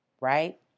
right